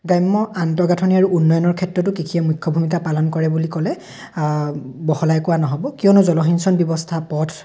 গ্ৰাম্য আন্তঃগাঁথনি আৰু উন্নয়নৰ ক্ষেত্ৰতো কৃষিয়ে মুখ্য ভূমিকা পালন কৰে বুলি ক'লে বহলাই কোৱা নহ'ব কিয়নো জলসিঞ্চন ব্যৱস্থা পথ